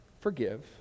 forgive